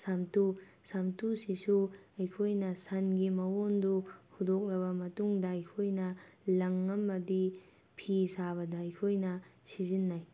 ꯁꯥꯝꯇꯨ ꯁꯥꯝꯇꯨꯁꯤꯁꯨ ꯑꯩꯈꯣꯏꯅ ꯁꯟꯒꯤ ꯃꯎꯟꯗꯨ ꯍꯨꯗꯣꯛꯂꯕ ꯃꯇꯨꯡꯗ ꯑꯩꯈꯣꯏꯅ ꯂꯪ ꯑꯃꯗꯤ ꯐꯤ ꯁꯥꯕꯗ ꯑꯩꯈꯣꯏꯅ ꯁꯤꯖꯤꯟꯅꯩ